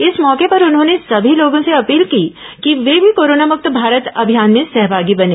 इस मौके पर उन्होंने सभी लोगों से अपील की कि वे भी कोरोना मुक्त भारत अभियान में सहभागी बनें